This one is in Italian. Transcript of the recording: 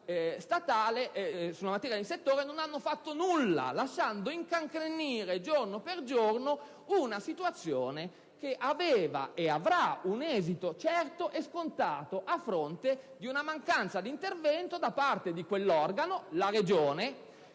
e sulla normativa di settore, non hanno fatto nulla, lasciando incancrenire giorno per giorno una situazione che aveva e avrà un esito certo e scontato a fronte di una mancanza di intervento da parte di quell'organo - la Regione